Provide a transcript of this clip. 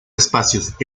espacios